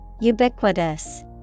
Ubiquitous